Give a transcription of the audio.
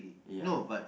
no but